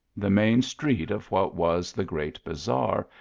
the main street of what was the great bazaar,